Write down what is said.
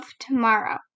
Tomorrow